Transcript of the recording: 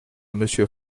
monsieur